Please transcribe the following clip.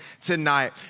tonight